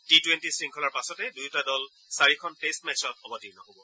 T twenty শৃংখলাৰ পাছতে দুয়োটা দল চাৰিখন টেষ্ট মেচত অৱতীৰ্ণ হ'ব